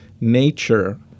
nature